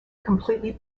completely